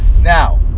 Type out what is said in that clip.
Now